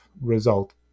result